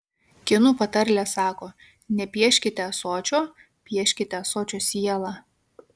kinų patarlė sako nepieškite ąsočio pieškite ąsočio sielą